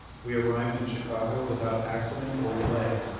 we arrived in chicago without accident or delay,